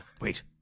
Wait